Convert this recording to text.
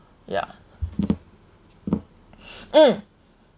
ya mm